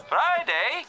Friday